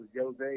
Jose